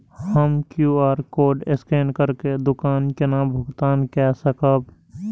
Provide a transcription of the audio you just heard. हम QR code scan करके दुकान केना भुगतान काय सकब?